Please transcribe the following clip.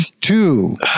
two